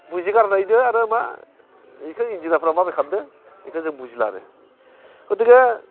बुजिगारदो आरो मा एखौ इन्जिनियारफ्रा माब्रै खामदों एखौ जों बुजिला आरो गथिखे